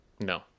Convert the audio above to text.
No